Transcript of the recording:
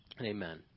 amen